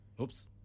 Oops